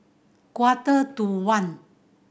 quarter to one